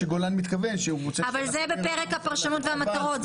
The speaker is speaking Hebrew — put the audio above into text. אבל זה בפרק הפרשנות והמטרות.